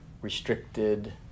restricted